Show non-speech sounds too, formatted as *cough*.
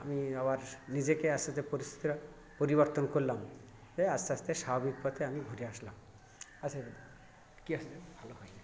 আমি আবার নিজেকে আস্তে আস্তে পরিস্থিতির পরিবর্তন করলাম করে আস্তে আস্তে স্বাভাবিক পথে আমি ঘুরে আসলাম আছে কি *unintelligible*